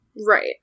Right